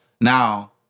now